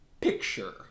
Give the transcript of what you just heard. Picture